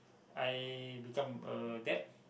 I become a dad